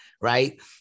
Right